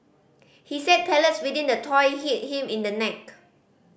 he said pellets within the toy hit him in the neck